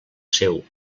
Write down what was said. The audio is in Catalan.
seu